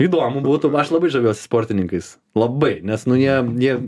įdomu būtų aš labai žaviuosi sportininkais labai nes nu jie jie